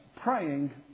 praying